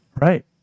Right